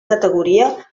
categoria